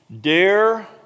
Dare